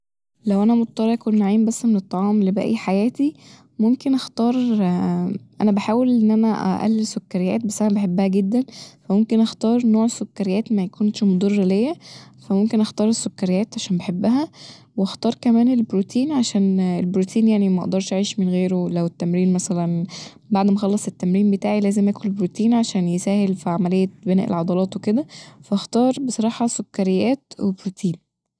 لو أنا مضطرة آكل نوعين بس من الطعام لباقي حياتي ممكن أختار أنا بحاول ان أنا أقلل سكريات بسبب بحبها جدا ف ممكن أختار نوع سكريات ميكونش مضر ليا فممكن أختار السكريات عشان بحبها ، وأختار كمان البروتين عشان البروتين يعني مقدرش أعيش من غيره لو التمرين مثلا بعد ما خلصت التمرين بتاعي لازم اكل بروتين عشان يسهل ف عملية بناء العضلات وكده ف اختار بصراحة سكريات وبروتين